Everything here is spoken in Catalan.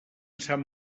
sant